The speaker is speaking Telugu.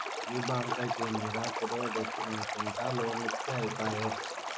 ఏ బాంకైతేందిరా, కుదువ బెట్టుమనకుంట లోన్లిత్తె ఐపాయె